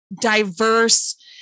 diverse